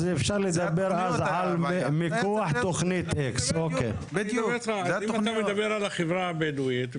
אז אפשר לדבר על ניתוח תוכנית X. אם אתה מדבר על החברה הבדואית,